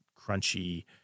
crunchy